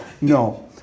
No